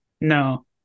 No